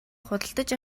худалдаж